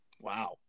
Wow